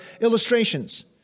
illustrations